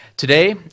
Today